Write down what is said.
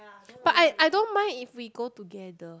but I I don't mind if we go together